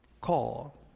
call